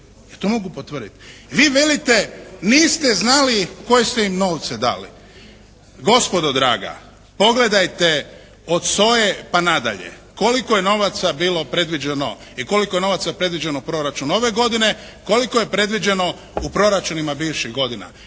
to mogu potvrditi. Vi velite niste znali koje ste im novce dali. Gospodo draga, pogledajte od SOA-e pa nadalje koliko je novaca bilo predviđeno i koliko je novaca predviđeno proračun ove godine, koliko je predviđeno u proračunima bivših godina.